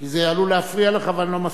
כי זה עלול להפריע לך ואני לא מסכים.